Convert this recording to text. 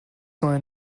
neue